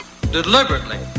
deliberately